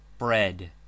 Bread